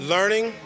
Learning